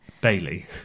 Bailey